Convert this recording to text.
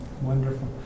Wonderful